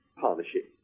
partnership